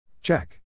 Check